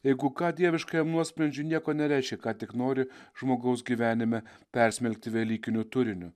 jeigu ką dieviškajam nuosprendžiui nieko nereiškia ką tik nori žmogaus gyvenime persmelkti velykiniu turiniu